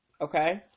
Okay